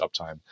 uptime